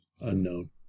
unknown